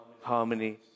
Harmony